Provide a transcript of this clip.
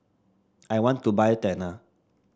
I want to buy Tena